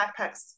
backpacks